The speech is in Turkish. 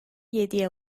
yediye